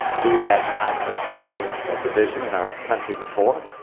we've had times of ah great ah division in our country before.